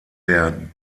der